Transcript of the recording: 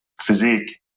physique